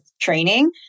training